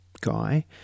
guy